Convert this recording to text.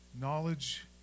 Knowledge